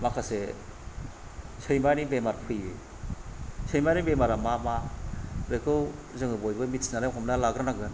माखासे सैमानि सैमानि बेमार फैयो सैमानि बेमारा मा मा बेखौ जोङो बयबो मिथिनानै हमना लाग्रोनांगोन